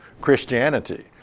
Christianity